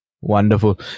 Wonderful